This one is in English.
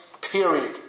period